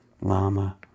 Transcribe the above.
Lama